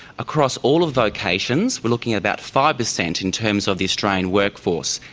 across all vocations we're looking at about five percent in terms of the australian workforce,